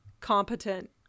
competent